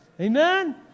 Amen